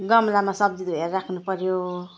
गमलामा सब्जी धोएर राख्नुपर्यो